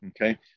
Okay